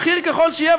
בכיר ככל שיהיה,